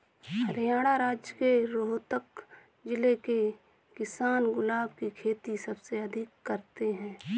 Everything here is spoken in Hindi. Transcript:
हरियाणा राज्य के रोहतक जिले के किसान गुलाब की खेती सबसे अधिक करते हैं